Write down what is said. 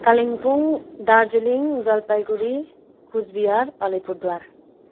Kalimpong Darjeeling Jalpaiguri Cooch Behar Alipurduar